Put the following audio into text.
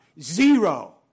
zero